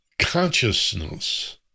Consciousness